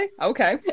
okay